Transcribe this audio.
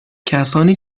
کسانی